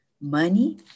Money